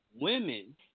women